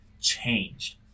changed